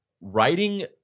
writing